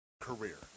career